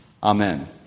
Amen